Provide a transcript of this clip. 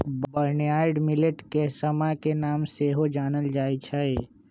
barnyard millet के समा के नाम से सेहो जानल जाइ छै